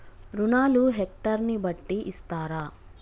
రుణాలు హెక్టర్ ని బట్టి ఇస్తారా?